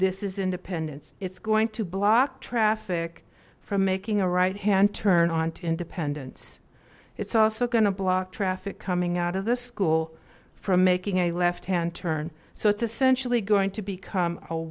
this is independence it's going to block traffic from making a right hand turn onto independence it's also going to block traffic coming out of the school from making a left hand turn so it's essentially going to become